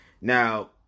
Now